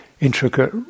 intricate